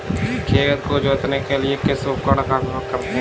खेत को जोतने के लिए किस उपकरण का उपयोग करते हैं?